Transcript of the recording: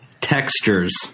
Textures